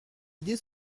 idée